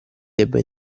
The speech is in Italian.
debba